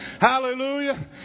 Hallelujah